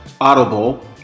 Audible